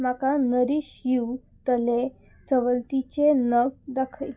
म्हाका नरीश यू तले सवलतीचे नग दाखय